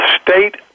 state